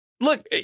Look